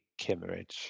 Kimmeridge